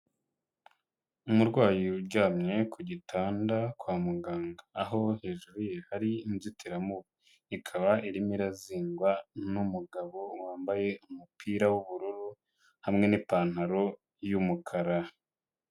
Umurwayi uryamye ku gitanda kwa muganga aho hejuruye hari inzitiramubu ikaba irimo irazingwa n'umugabo wambaye umupira w'ubururu hamwe n'ipantaro y'umukara.